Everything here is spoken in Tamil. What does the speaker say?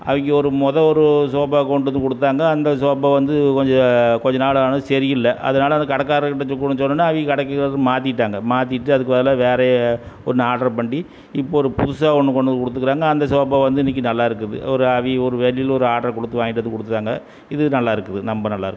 அவங்க ஒரு முத ஒரு சோபா கொண்டுவந்து கொடுத்தாங்க அந்த சோபா வந்து கொஞ்சம் கொஞ்ச நாள் ஆனதும் சரியில்ல அதனால் அந்த கடைகாரவங்கிட்ட சொன்னோன்ன அவக கடைக்காரர் மாத்திட்டாங்கள் மாத்திட்டு அதுக்கு பதிலாக வேற ஒன்று ஆடர் பண்ணி இப்போ ஒரு புதுசாக ஒன்று கொண்டுவந்து கொடுத்துக்குறாங்க அந்த சோபா வந்து இன்னிக்கு நல்லாயிருக்குது ஒரு அவக ஒரு வெளியில ஒரு ஆடர் கொடுத்து வாங்கிட்டு வந்து கொடுத்தாங்க இது நல்லாயிருக்குது ரொம்ப நல்லாயிருக்கு